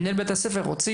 אם מנהל בית הספר רוצה,